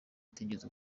utigeze